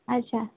ଆଚ୍ଛା